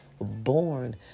born